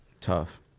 Tough